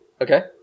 Okay